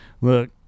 look